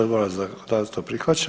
Odbora za zakonodavstvo prihvaćen.